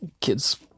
Kids